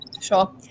Sure